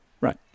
right